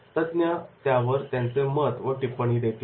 तज्ञ त्यावर त्यांचे मत व टिपणी देतील